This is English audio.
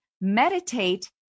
Meditate